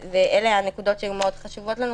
אלה הנקודות שהיו מאוד חשובות לנו,